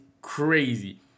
crazy